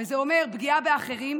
וזה אומר: פגיעה באחרים,